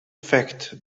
fact